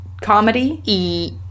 comedy